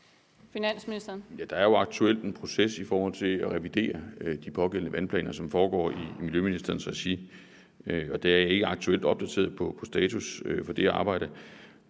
Der er jo aktuelt en proces i forhold til at revidere de pågældende vandplaner, som foregår i miljøministerens regi, og der er jeg ikke aktuelt opdateret på status for det arbejde.